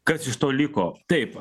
kas iš to liko taip